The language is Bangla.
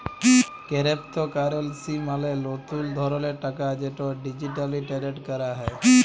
কেরেপ্তকারেলসি মালে লতুল ধরলের টাকা যেট ডিজিটালি টেরেড ক্যরা হ্যয়